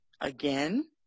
again